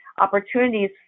opportunities